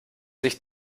sich